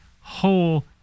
whole